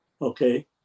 okay